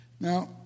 now